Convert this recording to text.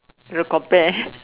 you compare